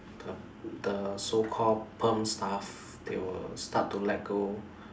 the the so call perm staff they will start to let go